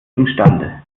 imstande